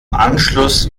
anschluss